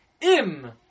Im